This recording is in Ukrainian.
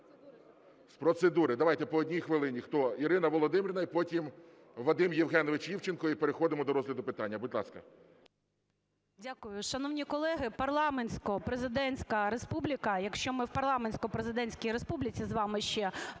З процедури. Давайте по 1 хвилині. Хто? Ірина Володимирівна, і потім Вадим Євгенович Івченко, і переходимо до розгляду питання. Будь ласка. 12:54:55 ГЕРАЩЕНКО І.В. Дякую. Шановні колеги, парламентсько-президентська республіка, якщо ми в парламентсько-президентській республіці з вами ще